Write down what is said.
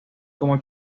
como